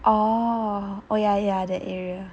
oh oh ya ya that area